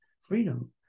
freedom